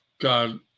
God